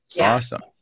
awesome